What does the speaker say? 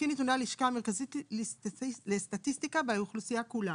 לפי הלשכה המרכזית לסטטיסטיקה והאוכלוסייה כולה.